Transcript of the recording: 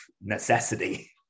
necessity